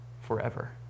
forever